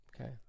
Okay